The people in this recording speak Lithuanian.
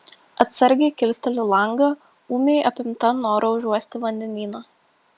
atsargiai kilsteliu langą ūmiai apimta noro užuosti vandenyną